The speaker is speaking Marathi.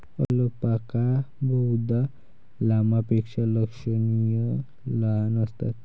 अल्पाका बहुधा लामापेक्षा लक्षणीय लहान असतात